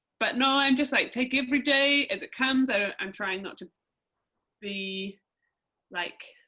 but no i'm just like take every day as it comes. ah i'm trying not to be like